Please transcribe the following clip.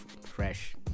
fresh